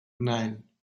nein